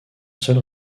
seul